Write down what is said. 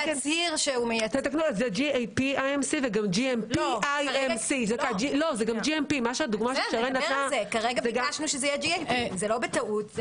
זה GAP-IMC וגם GMP-ICM. כרגע ביקשנו שזה יהיה GAP. זה לא בטעות.